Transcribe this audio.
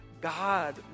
God